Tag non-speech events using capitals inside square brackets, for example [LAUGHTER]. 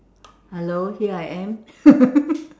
hello here I am [LAUGHS]